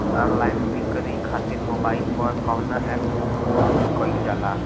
Online बिक्री खातिर mobile पर कवना एप्स लोन कईल जाला?